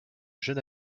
jeune